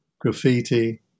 graffiti